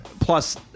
plus